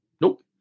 Nope